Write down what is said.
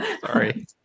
Sorry